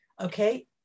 okay